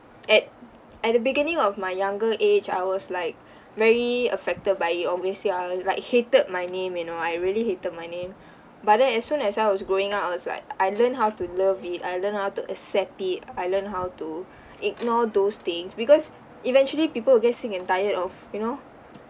at at the beginning of my younger age I was like very affected by it obviously ah I like hated my name you know I really hated my name but then as soon as I was growing up I was like I learned how to love it I learned how to accept it I learned how to ignore those things because eventually people'll get sick and tired of you know